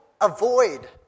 avoid